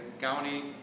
county